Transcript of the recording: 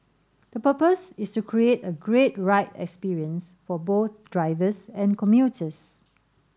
the purpose is to create a great ride experience for both drivers and commuters